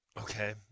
Okay